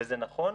וזה נכון,